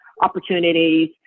opportunities